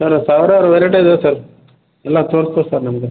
sir ಅದು ಸಾವಿರಾರು variety ಇದಾವೆ ಸರ್ ಎಲ್ಲ ತೋರ್ಸ್ತೇವೆ ಸರ್ ನಿಮಗೆ